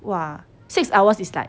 !wah! six hours is like